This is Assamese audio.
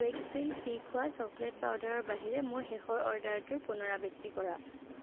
ৱেইকফিল্ড পি খোৱা চকলেট পাউদাৰৰ বাহিৰে মোৰ শেষৰ অৰ্ডাৰটোৰ পুনৰাবৃত্তি কৰা